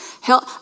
Help